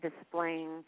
displaying